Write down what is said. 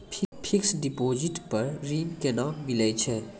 Fixed deposit पर ऋण केना मिलै छै?